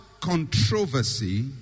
controversy